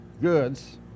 goods